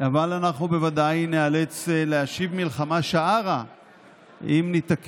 חבריי החרדים, והיא תגיד לכם: זה לא אני, זה מתן